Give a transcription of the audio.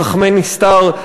חוק איסור הלבנת הון (הוראת שעה),